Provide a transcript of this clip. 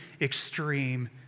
extreme